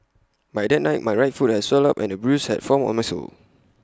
by that night my right foot had swelled up and A bruise had formed on my sole